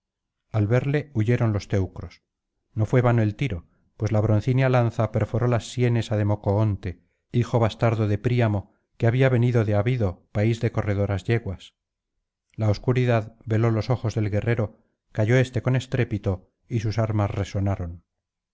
al verle huyeron los teucros no fué vano el tiro pues la broncínea lanza perforó las sienes á democoonte hijo bastardo de príamo que había venido de abido país de corredoras yeguas la obscuridad veló los ojos del guerrero cayó éste con estrépito y sus armas resonaron